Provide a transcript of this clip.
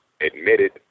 admitted